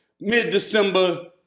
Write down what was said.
mid-December